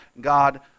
God